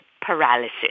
paralysis